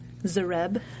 Zareb